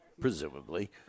presumably